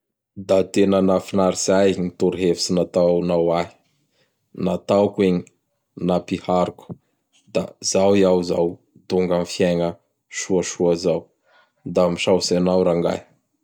Da tena nahafinaritsy ahy gny torohevitsy nataonao ahy; nataoko igny nampihariko; da zao iaho zao donga am fiaigna soasoa zao. Da misaotsy anao rangahy.